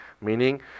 meaning